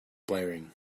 blaring